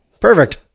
Perfect